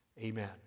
Amen